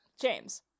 James